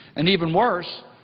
and even worse,